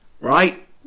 right